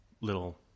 little